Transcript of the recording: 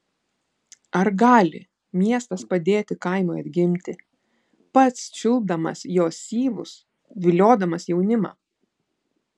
ar gali miestas padėti kaimui atgimti pats čiulpdamas jo syvus viliodamas jaunimą